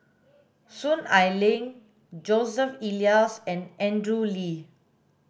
Soon Ai Ling Joseph Elias and Andrew Lee